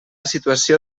situació